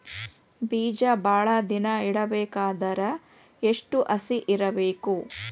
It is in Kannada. ಬೇಜ ಭಾಳ ದಿನ ಇಡಬೇಕಾದರ ಎಷ್ಟು ಹಸಿ ಇರಬೇಕು?